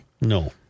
No